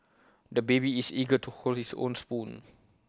the baby is eager to hold his own spoon